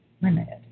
limited